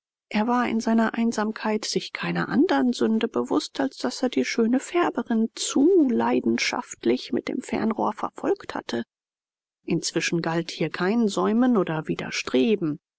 er war in seiner einsamkeit sich keiner andern sünde bewußt als daß er die schöne färberin zu leidenschaftlich mit dem fernrohr verfolgt hatte inzwischen galt hier kein säumen oder